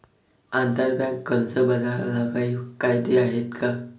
आंतरबँक कर्ज बाजारालाही काही कायदे आहेत का?